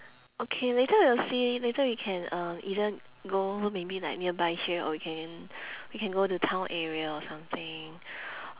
okay later we'll see later we can uh either go maybe like nearby here or we can we can go to town area or something